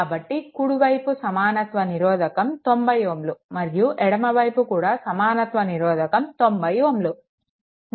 కాబట్టి కుడివైపు సమానత్వ నిరోధకం 90 Ω మరియు ఎడమ వైపు కూడా సమానత్వ నిరోధకం 90 Ω